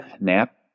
nap